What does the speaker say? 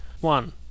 One